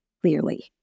clearly